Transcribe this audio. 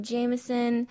Jameson